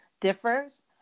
differs